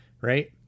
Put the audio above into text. right